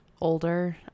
older